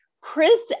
Chris